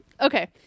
Okay